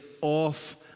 off